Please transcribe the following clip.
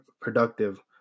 productive